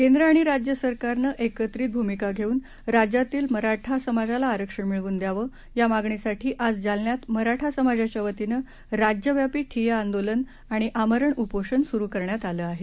केंद्र आणि राज्य सरकारनं एकत्रित भूमिका घेऊन राज्यातील मराठा समाजाला आरक्षण मिळवून द्यावं या मागणीसाठी आज जालन्यात मराठा समाजाच्यावतीनं राज्यव्यापी ठिय्या आंदोलन आणि आमरण उपोषण सुरु करण्यात आलं आहे